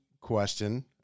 question